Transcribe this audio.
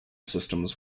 systems